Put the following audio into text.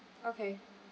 okay